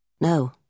No